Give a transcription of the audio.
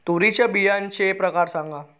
तूरीच्या बियाण्याचे प्रकार सांगा